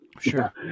Sure